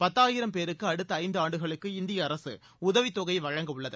பத்தாயிரம் பேருக்கு அடுத்த ஐந்தாண்டுகளுக்கு இந்திய அரசு உதவித் தொகை வழங்க உள்ளது